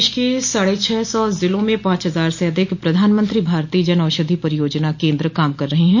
देश के साढ़े छह सौ जिलों में पांच हजार से अधिक प्रधानमंत्री भारतीय जनऔषधि परियोजना केन्द्र काम कर रहे हैं